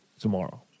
tomorrow